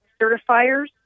certifiers